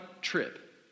trip